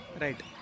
right